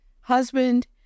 husband